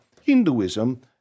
Hinduism